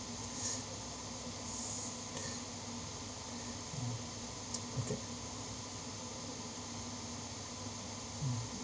mm okay mm